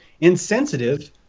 insensitive